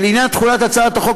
לעניין תחולת הצעת החוק,